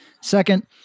Second